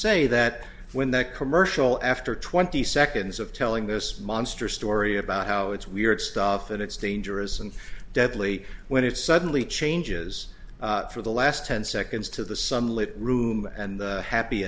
say that when that commercial after twenty seconds of telling this monster story about how it's weird stuff and it's dangerous and deadly when it suddenly changes for the last ten seconds to the some lit room and happy